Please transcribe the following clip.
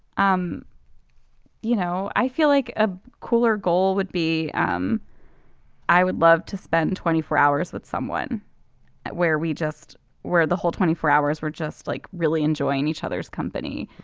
um you know i feel like a cooler goal would be um i would love to spend twenty four hours with someone where we just where the whole twenty four hours were just like really enjoying each other's company.